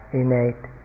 innate